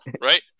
right